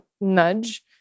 nudge